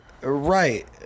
right